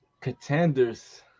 contenders